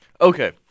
Okay